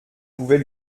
pouvait